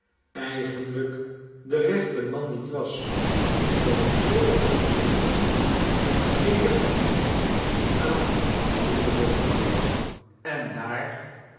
eigenlijk de rechte man niet was om zulk een gewichtig en teeder geheim aan toe te vertrouwen en daar